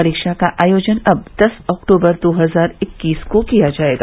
परीक्षा का आयोजन अब दस अक्टूबर दो हजार इक्कीस को किया जाएगा